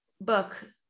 book